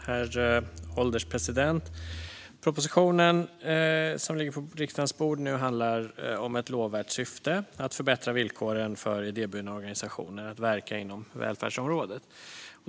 Herr ålderspresident! Propositionen som nu ligger på riksdagens bord har ett lovvärt syfte: att förbättra villkoren för idéburna organisationer att verka inom välfärdsområdet.